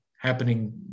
happening